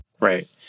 Right